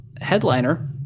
headliner